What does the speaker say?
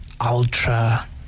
ultra